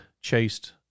chased